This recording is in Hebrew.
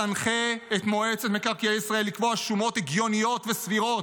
תנחה את מועצת מקרקעי ישראל לקבוע שומות הגיוניות וסבירות